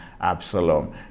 Absalom